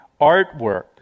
artwork